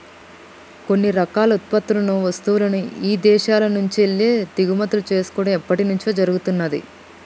కొన్ని రకాల ఉత్పత్తులను, వస్తువులను ఇదేశాల నుంచెల్లి దిగుమతి చేసుకోడం ఎప్పట్నుంచో జరుగుతున్నాది